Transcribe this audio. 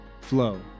flow